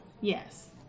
Yes